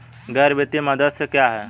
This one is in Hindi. गैर वित्तीय मध्यस्थ क्या हैं?